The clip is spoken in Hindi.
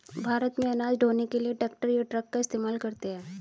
भारत में अनाज ढ़ोने के लिए ट्रैक्टर या ट्रक का इस्तेमाल करते हैं